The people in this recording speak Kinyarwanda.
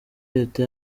leta